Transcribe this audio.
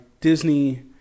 Disney